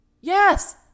Yes